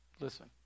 Listen